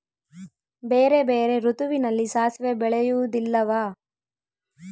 ಬೇರೆ ಬೇರೆ ಋತುವಿನಲ್ಲಿ ಸಾಸಿವೆ ಬೆಳೆಯುವುದಿಲ್ಲವಾ?